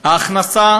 הכנסה